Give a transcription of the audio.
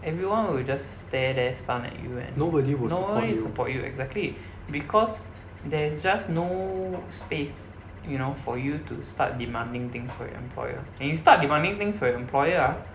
everyone will just stare there stunned at you and nobody will support you exactly because there's just no space you know for you to start demanding things from your employer when you start demanding things for an employer ah